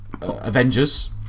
Avengers